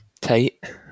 Tight